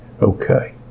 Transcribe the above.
okay